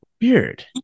Weird